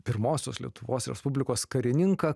pirmosios lietuvos respublikos karininką